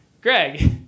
Greg